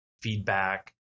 feedback